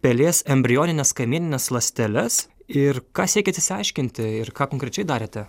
pelės embrionines kamienines ląsteles ir ką siekėt išsiaiškinti ir ką konkrečiai darėte